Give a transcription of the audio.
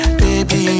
baby